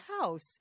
house